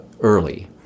early